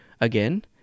again